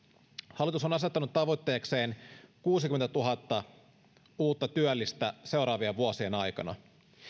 hallitus on asettanut tavoitteekseen kuusikymmentätuhatta uutta työllistä seuraavien vuosien aikana